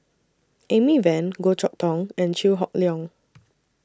Amy Van Goh Chok Tong and Chew Hock Leong